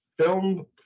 film